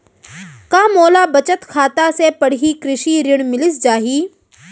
का मोला बचत खाता से पड़ही कृषि ऋण मिलिस जाही?